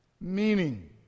meaning